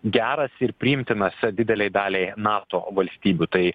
geras ir priimtinas didelei daliai nato valstybių tai